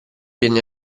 viene